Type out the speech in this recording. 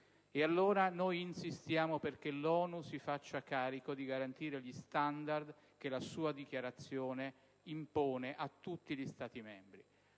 E allora noi insistiamo perché l'ONU si faccia carico di garantire gli standard che la sua Dichiarazione impone a tutti gli Stati membri.